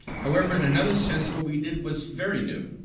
however, in another sense, what we did was very new.